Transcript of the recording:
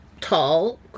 tall